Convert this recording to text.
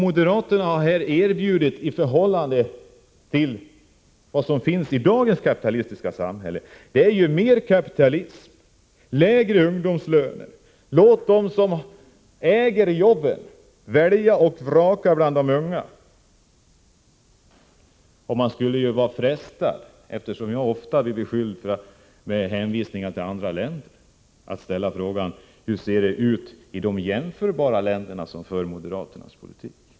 Moderaterna har i dagens kapitalistiska samhälle erbjudit mer kapitalism och lägre ungdomslöner. De som äger företagen skall få välja och vraka bland de unga. Man blir frestad att jämföra med andra länder — jag blir själv ofta beskylld för att hänvisa till förhållandena i andra länder. Hur ser det ut i de jämförbara länder som för moderaternas politik?